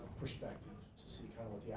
perspectives to see kind of yeah